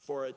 for it